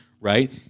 right